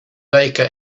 baker